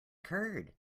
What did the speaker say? curd